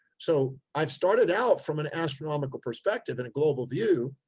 so i've started out from an astronomical perspective and a global view.